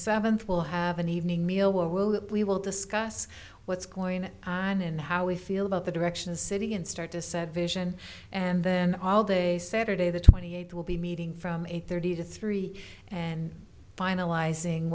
seventh will have an evening meal will we will discuss what's going on and how we feel about the direction of the city and start to set vision and then all day saturday the twenty eighth will be meeting from eight thirty to three and finaliz